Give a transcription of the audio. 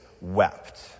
wept